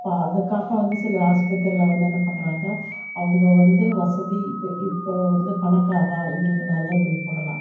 இப்போ அதுக்காக வந்து சில ஆஸ்பத்திரியில் வந்து என்ன பண்ணுறாங்க அவங்க வந்து வசதி இப்போ இப்போ வந்து பணக்காரரா இவங்களுக்கு நிறைய பில் போடலாம்